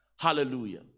hallelujah